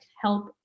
help